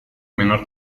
menor